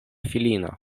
filino